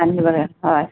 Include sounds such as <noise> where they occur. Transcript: <unintelligible> হয়